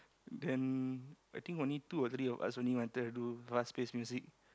then I think only two or three of us only wanted to do fast-paced music